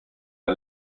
der